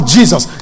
Jesus